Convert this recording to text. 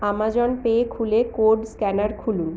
Amazon Pay খুলে code scanner খুলুন